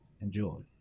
Enjoy